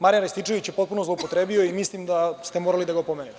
Marijan Rističević je potpuno zloupotrebio i mislim da ste morali da ga opomenete.